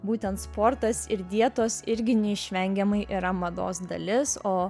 būtent sportas ir dietos irgi neišvengiamai yra mados dalis o